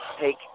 take